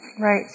right